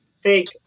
fake